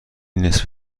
نصف